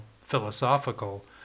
philosophical